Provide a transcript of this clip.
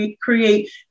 create